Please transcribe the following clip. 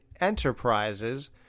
Enterprises